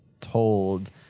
told